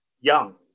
young